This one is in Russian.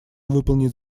выполнить